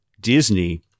Disney